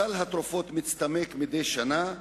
סל התרופות מצטמק מדי שנה,